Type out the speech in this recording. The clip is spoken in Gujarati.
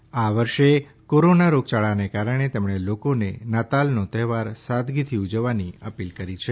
પરંતુ આ વર્ષે કોરોના રોગયાળાને કારણે તેમણે લોકોને આ વર્ષે નાતાલનો તહેવાર સાદગીથી ઉજવવાની અપીલ કરી છે